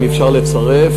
אם אפשר לצרף.